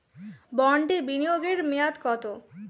বন্ডে বিনিয়োগ এর মেয়াদ কত?